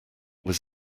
was